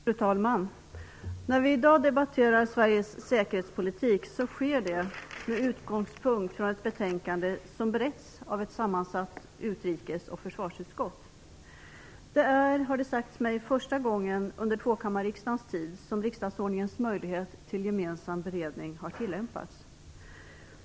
Fru talman! När vi i dag debatterar Sveriges säkerhetspolitik sker det med utgångspunkt i ett betänkande som beretts av ett sammansatt utrikes och försvarsutskott. Det är, har det sagts mig, första gången under tvåkammarriksdagens tid som riksdagsordningens möjlighet till gemensam beredning har tilllämpats.